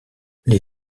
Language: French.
les